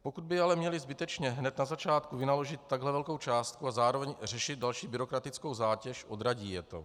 Pokud by ale měli hned zbytečně na začátku vynaložit takhle velkou částku a zároveň řešit další byrokratickou zátěž, odradí je to.